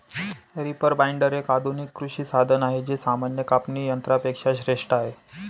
reaper binder, एक आधुनिक कृषी साधन आहे जे सामान्य कापणी यंत्रा पेक्षा श्रेष्ठ आहे